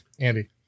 Andy